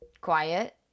quiet